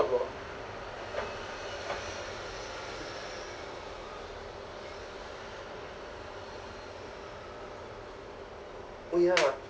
lor oh ya